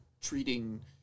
treating